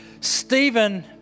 Stephen